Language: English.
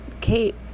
Kate